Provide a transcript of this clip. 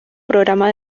programa